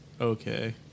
okay